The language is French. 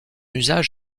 usage